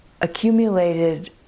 accumulated